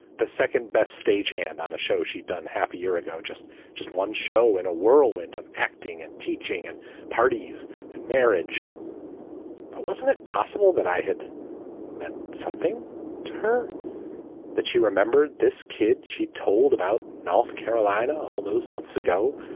the second best stagehand on a show she'd done half a year ago. just just one show in a whirlwind of acting and teaching and parties and marriage but wasn't it possible that i had meant something to her that she remembered this kid she told about north carolina all those months ago,